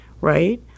right